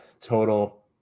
total